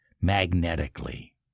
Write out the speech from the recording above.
magnetically